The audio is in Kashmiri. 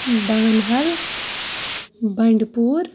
بانہل بنٛڈپوٗر